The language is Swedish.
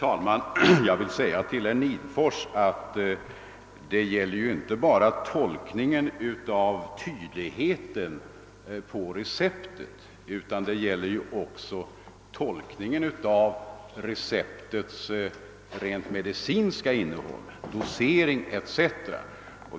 Herr talman! Kontrollen av recepten avser inte bara handstilens tydlighet utan även receptens rent medicinska innehåll — dosering etc.